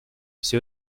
все